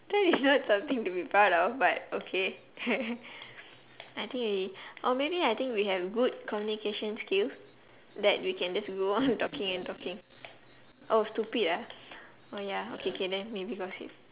that is not something to be proud of but okay I think we or maybe I think we have good communication skill that we can just go on talking and talking oh stupid ah oh ya okay K then maybe gossip